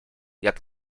jak